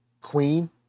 Queen